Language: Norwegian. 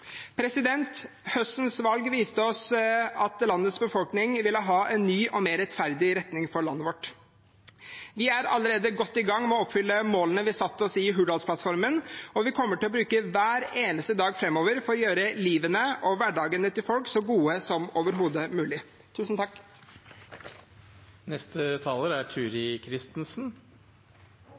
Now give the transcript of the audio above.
Høstens valg viste oss at landets befolkning ville ha en ny og mer rettferdig retning for landet vårt. Vi er allerede godt i gang med å oppfylle målene vi satte oss i Hurdalsplattformen, og vi kommer til å bruke hver eneste dag framover til å gjøre livet og hverdagen til folk så god som overhodet mulig.